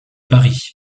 paris